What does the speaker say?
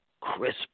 crisp